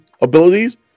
abilities